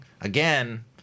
again